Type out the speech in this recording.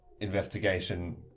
investigation